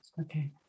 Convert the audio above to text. Okay